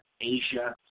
Asia